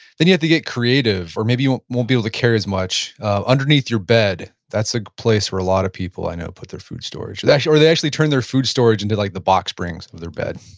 then you have to get creative or maybe you won't be able to carry as much underneath your bed. that's the place where a lot of people i know put their food storage, or they actually turn their food storage into like the box brings of their bed.